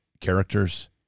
characters